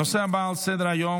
הנושא הבא על סדר-היום,